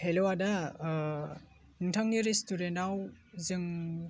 hello आदा नोंथांनि रेस्टुरेन्टआव जों